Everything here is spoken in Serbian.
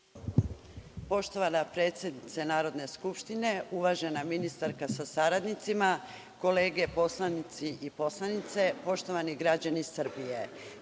Poštovana predsednice Narodne skupštine, uvažena ministarka sa saradnicima, kolege poslanici i poslanice, poštovani građani Srbije,